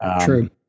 true